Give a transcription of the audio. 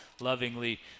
lovingly